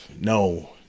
no